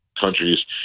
countries